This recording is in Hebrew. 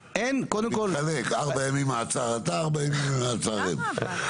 נתחלק ארבעה ימי מעצר אתה ארבעה ימי מעצר הם.